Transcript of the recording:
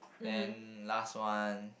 then last one